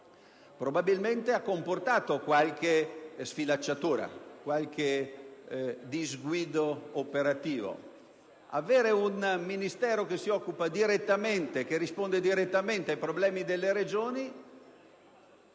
probabilmente ha comportato qualche sfilacciatura, qualche disguido operativo. Avere un Ministero che si occupa direttamente dei problemi delle Regioni